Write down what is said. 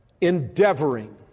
Endeavoring